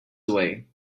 away